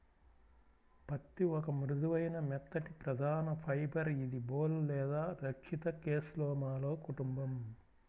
పత్తిఒక మృదువైన, మెత్తటిప్రధానఫైబర్ఇదిబోల్ లేదా రక్షిత కేస్లోమాలో కుటుంబం